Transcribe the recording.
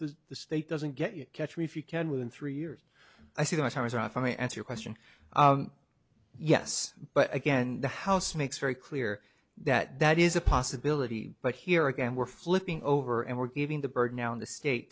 that the state doesn't get you catch me if you can within three years i sometimes often answer question yes but again the house makes very clear that that is a possibility but here again we're flipping over and we're giving the bird now in the state